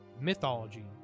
mythology